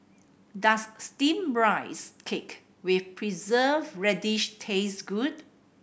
does Steamed Rice Cake with Preserved Radish taste good